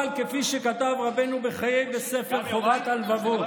אבל כפי שכתב רבנו בחיי בספר "חובת הלבבות",